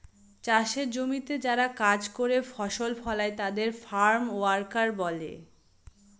চাষের জমিতে যারা কাজ করে ফসল ফলায় তাদের ফার্ম ওয়ার্কার বলে